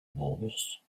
walls